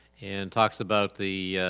and talks about the